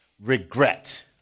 regret